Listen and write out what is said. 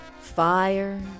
Fire